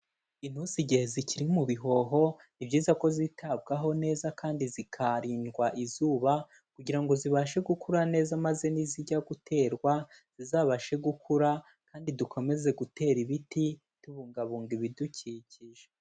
Inturusi igihe zikiri mu bihoho ibyiza ko zitabwaho neza kandi zikarindwa izuba kugira ngo zibashe gukura neza maze nizijya guterwa zizabashe gukura, kandi dukomeze gutera ibiti tubungabunga ibidukikije.